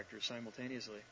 simultaneously